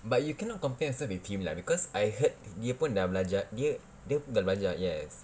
but you cannot compare yourself with him lah because I heard dia pun dah belajar dia dah belajar yes